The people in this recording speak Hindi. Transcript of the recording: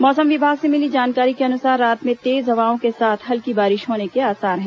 मौसम विभाग से मिली जानकारी के अनुसार रात में तेज हवाओं के साथ हल्की बारिश होने के आसार हैं